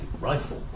rifle